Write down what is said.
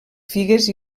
figues